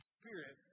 spirit